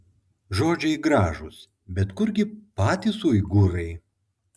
žodžiai gražūs bet kurgi patys uigūrai